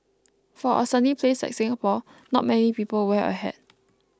for a sunny place like Singapore not many people wear a hat